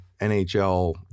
nhl